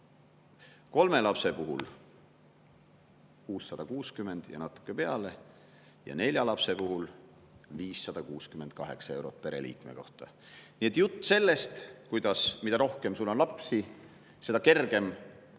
Kolme lapse puhul 660 ja natuke peale. Ja nelja lapse puhul 568 eurot pereliikme kohta. Nii et jutt sellest, et mida rohkem sul on lapsi, seda kergem on sul